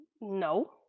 No